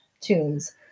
tunes